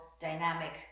dynamic